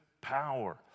power